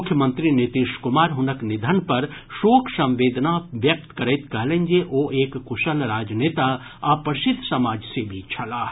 मुख्यमंत्री नीतीश कुमार हुनक निधन पर शोक संवेदना व्यक्त करैत कहलनि जे ओ एक कुशल राजनेता आ प्रसिद्ध समाजसेवी छलाह